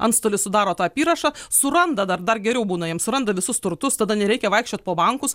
antstolis sudaro apyrašą suranda dar dar geriau būna jam suranda visus turtus tada nereikia vaikščiot po bankus